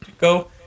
go